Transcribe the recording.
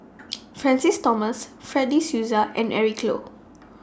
Francis Thomas Fred De Souza and Eric Low